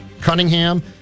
Cunningham